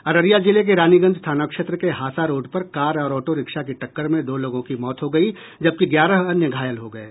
अररिया जिले के रानीगंज थाना क्षेत्र के हासा रोड पर कार और ऑटो रिक्शा की टक्कर में दो लोगों की मौत हो गयी जबकि ग्यारह अन्य घायल हो गये